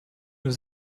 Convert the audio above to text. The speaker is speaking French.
vous